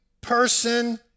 person